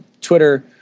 Twitter